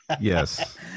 yes